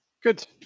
Good